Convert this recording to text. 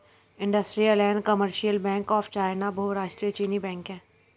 industrial and commercial bank of China बहुराष्ट्रीय चीनी बैंक है